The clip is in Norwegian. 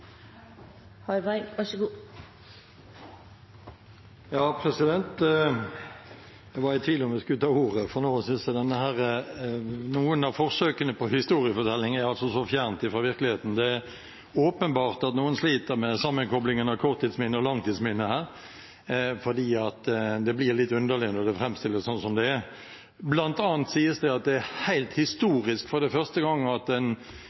var i tvil om jeg skulle ta ordet, for nå synes jeg at noen av forsøkene på historiefortelling er så fjernt fra virkeligheten. Det er åpenbart at noen sliter med sammenkoblingen av korttidsminne og langtidsminne her, for det blir litt underlig når det framstilles sånn som dette. Blant annet sies det at dette er historisk fordi det er første gang at en